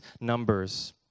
numbers